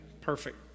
perfect